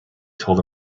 told